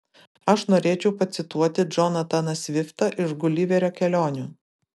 aš norėčiau pacituoti džonataną sviftą iš guliverio kelionių